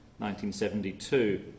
1972